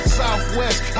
southwest